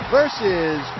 Versus